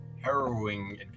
harrowing